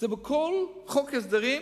מופיעה בכל חוק הסדרים,